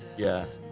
yeah,